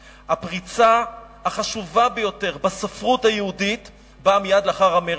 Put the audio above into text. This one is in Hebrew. הפריצה החשובה ביותר בספרות היהודית באה מייד לאחר המרד.